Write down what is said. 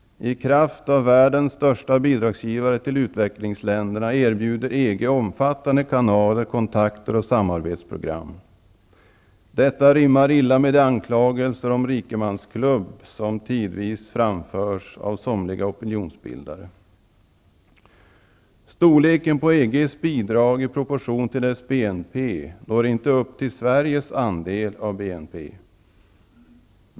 Såsom varande världens största bidragsgivare till utvecklingsländerna erbjuder EG omfattande kanaler, kontakter och samarbetsprogram. Detta rimmar illa med de anklagelser om rikemansklubb som tidvis framförs av somliga opinionsbildare. når inte upp till Sveriges andel av BNP.